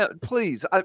Please